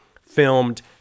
filmed